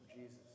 Jesus